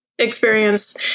experience